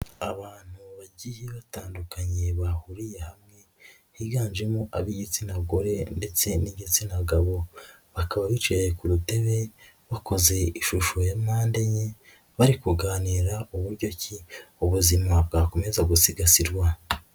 Abantu bagiye batandukanye bahuriye hamwe higanjemo ab'igitsina gore ndetse n'igitsina gabo, bakaba bicaye ku dutebe bakoze ishusho ya mpande enye bari kuganira buryo ki ubuzima bwakomeza gusigasirwa.